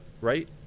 right